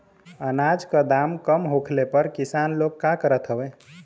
अनाज क दाम कम होखले पर किसान लोग का करत हवे?